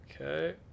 Okay